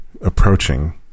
approaching